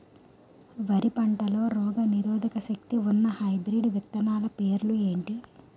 వరి పంటలో రోగనిరోదక శక్తి ఉన్న హైబ్రిడ్ విత్తనాలు పేర్లు ఏంటి?